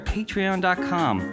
Patreon.com